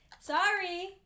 Sorry